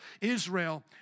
Israel